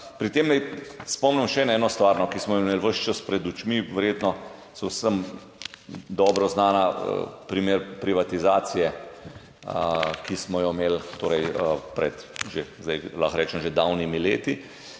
Pri tem naj spomnim še na eno stvar, ki smo jo imeli ves čas pred očmi. Verjetno je vsem dobro znan primer privatizacije, ki smo jo imeli, zdaj lahko rečem, že davnimi leti.